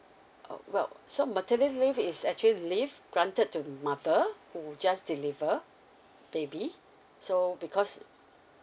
oh well so maternity leave is actually leave granted to mother who just deliver baby so because